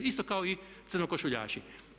Isto kao i crnokošuljaši.